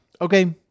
Okay